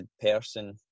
person